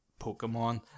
Pokemon